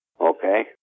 Okay